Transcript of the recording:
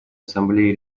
ассамблеи